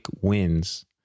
Wins